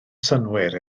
synnwyr